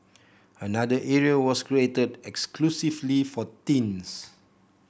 another area was created exclusively for teens